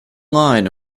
line